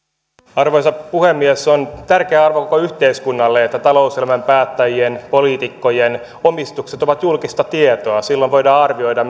arvoisa puhemies on tärkeä arvo koko yhteiskunnalle että talouselämän päättäjien ja poliitikkojen omistukset ovat julkista tietoa silloin voidaan arvioida